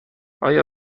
آیا